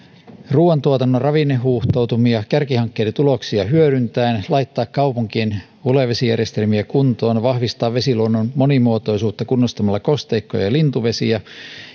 ruoantuotannon ravinnehuuhtoutumia kärkihankkeiden tuloksia hyödyntäen laittaa kaupunkien hulevesijärjestelmiä kuntoon vahvistaa vesiluonnon monimuotoisuutta kunnostamalla kosteikkoja ja lintuvesiä